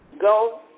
Go